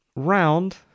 round